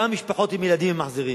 גם משפחות עם ילדים הם מחזירים,